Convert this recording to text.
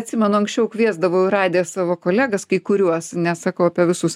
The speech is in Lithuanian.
atsimenu anksčiau kviesdavau į radiją savo kolegas kai kuriuos nesakau apie visus